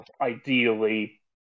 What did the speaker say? ideally